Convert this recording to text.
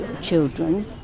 children